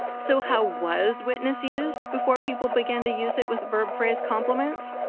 so how was witness used before people began to use it with verb phrase complements?